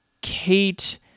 Kate